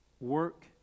Work